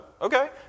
okay